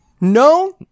No